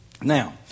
Now